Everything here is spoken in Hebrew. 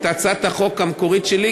את הצעת החוק המקורית שלי,